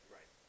Right